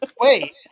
Wait